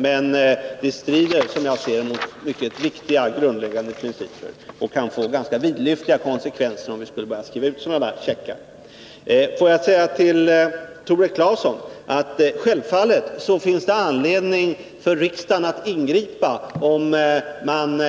Men det strider, som jag ser det, mot mycket viktiga och grundläggande principer, och det kan få ganska vidlyftiga konsekvenser om man skulle börja skriva ut sådana checkar. Till Tore Claeson vill jag säga: Självfallet finns det anledning för riksdagen att ingripa om man